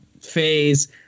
phase